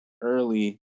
early